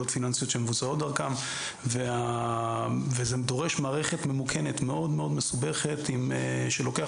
פיננסיות שמבוצעות דרכם וזה דורש מערכת ממוכנת מאוד מאוד מסובכת שלוקח